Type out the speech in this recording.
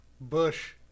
Bush